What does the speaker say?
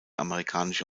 amerikanische